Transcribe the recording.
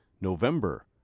November